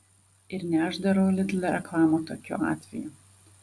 ir ne aš darau lidl reklamą tokiu atveju